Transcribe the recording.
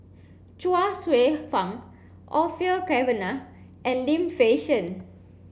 Chuang Hsueh Fang Orfeur Cavenagh and Lim Fei Shen